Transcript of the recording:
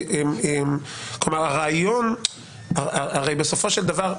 הרי בסופו של דבר,